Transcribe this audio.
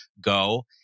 go